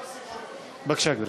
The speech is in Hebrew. בבקשה, גברתי.